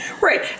right